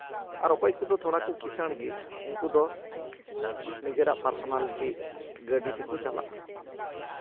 ᱟᱨ ᱚᱠᱚᱭ ᱠᱚᱫᱚ ᱛᱷᱚᱲᱟ ᱠᱚ ᱠᱤᱥᱟᱬ ᱜᱮ ᱩᱝᱠᱩ ᱫᱚ ᱱᱤᱡᱮᱨᱟᱜ ᱯᱟᱨᱥᱚᱱᱟᱞᱤᱴᱤ ᱜᱟᱹᱰᱤ ᱛᱮᱠᱚ ᱪᱟᱞᱟᱜᱼᱟ